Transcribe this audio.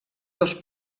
dos